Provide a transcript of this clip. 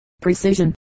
precision